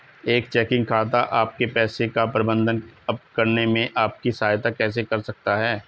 एक चेकिंग खाता आपके पैसे का प्रबंधन करने में आपकी सहायता कैसे कर सकता है?